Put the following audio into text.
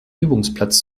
übungsplatz